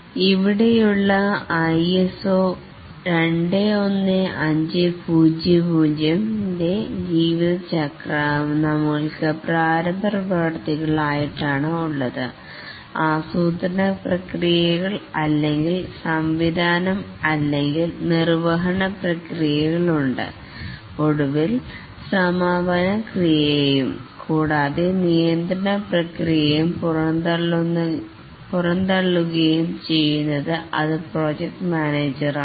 ഇവിടെയുള്ള ISO 21500 ൻറെ ജീവചക്രം നമ്മൾക്ക് പ്രാരംഭ പ്രവൃത്തികൾ ആയിട്ടാണ് ഉള്ളത് ആസൂത്രണ പ്രക്രിയകൾ അല്ലെങ്കിൽ സംവിധാനം അല്ലെങ്കിൽ നിർവ്വഹണ പ്രക്രിയകൾ ഉണ്ട് ഒടുവിൽ സമാപന ക്രിയകളും കൂടാതെ നിയന്ത്രണ പ്രക്രിയകൾ പുറംതള്ളുകയും ചെയ്യുന്നത് അത് പ്രോജക്ട് മാനേജർ ആണ്